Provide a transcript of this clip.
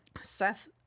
Seth